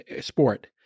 sport